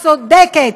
צודקת,